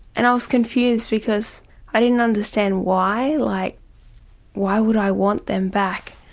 and i was confused because i didn't understand why, like why would i want them back?